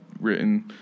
written